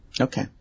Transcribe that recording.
Okay